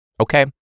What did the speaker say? okay